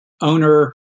owner